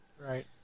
Right